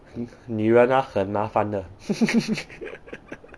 女人 ah 很麻烦的